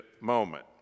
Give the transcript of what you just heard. moment